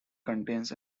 contains